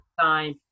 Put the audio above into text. time